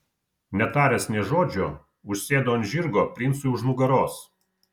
netaręs nė žodžio užsėdo ant žirgo princui už nugaros